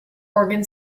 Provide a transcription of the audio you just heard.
organ